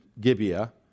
Gibeah